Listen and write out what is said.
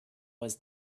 was